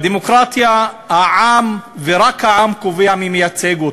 בדמוקרטיה, העם, ורק העם, קובע מי מייצג אותו.